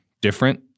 different